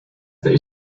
they